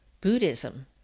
Buddhism